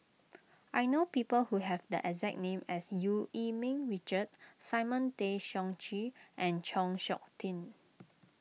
I know people who have the exact name as Eu Yee Ming Richard Simon Tay Seong Chee and Chng Seok Tin